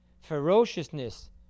ferociousness